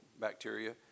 bacteria